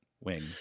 wing